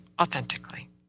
authentically